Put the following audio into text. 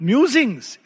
Musings